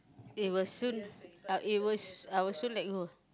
it will soon uh it will I will soon let it go